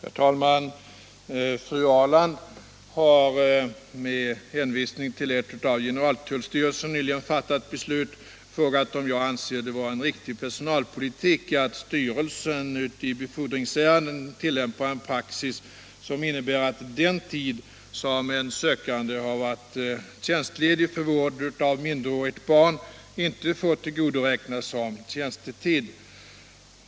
Herr talman! Fru Ahrland har - med hänvisning till ett av generaltullstyrelsen nyligen fattat beslut — frågan om jag anser det vara en riktig personalpolitik att styrelsen i befordringsärenden tillämpar en praxis som innebär att den tid som en sökande varit tjänstledig för vård av minderårigt barn inte får tillgodoräknas som tjänstetid.